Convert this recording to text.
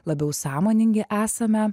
labiau sąmoningi esame